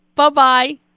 Bye-bye